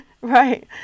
Right